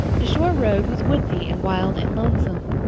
the shore road was woodsy and wild and lonesome.